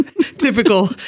typical